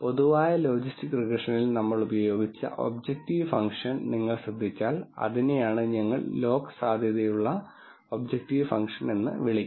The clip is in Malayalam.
പൊതുവായ ലോജിസ്റ്റിക് റിഗ്രഷനിൽ നമ്മൾ ഉപയോഗിച്ച ഒബ്ജക്റ്റീവ് ഫംഗ്ഷൻ നിങ്ങൾ ശ്രദ്ധിച്ചാൽ അതിനെയാണ് ഞങ്ങൾ ലോഗ് സാധ്യതയുള്ള ഒബ്ജക്റ്റീവ് ഫംഗ്ഷൻ എന്ന് വിളിക്കുന്നത്